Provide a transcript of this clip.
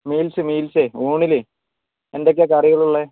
meals മീൽസേ ഊണിൽ എന്തൊക്കെയാണ് കറികൾ ഉള്ളത്